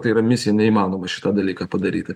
tai yra misija neįmanoma šitą dalyką padaryti